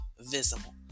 visible